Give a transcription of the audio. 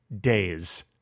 days